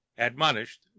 Admonished